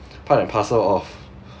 part and parcel of